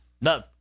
no